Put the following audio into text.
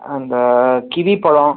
அந்த கிவி பழம்